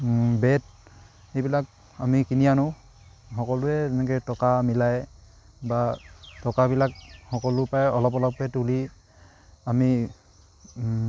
bat এইবিলাক আমি কিনি আনো সকলোৱে যেনেকে টকা মিলাই বা টকাবিলাক সকলো পৰাই অলপ অলপ তুলি আমি